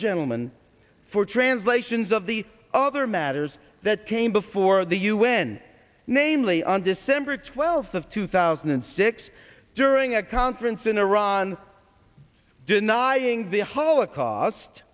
gentleman for translations of the other matters that came before the u n namely on december twelfth of two thousand and six during a conference in iran denying the holocaust